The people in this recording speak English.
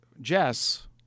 jess